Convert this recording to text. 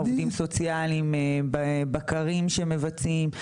עובדים סוציאליים, בקרים שמבצעים.